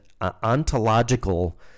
ontological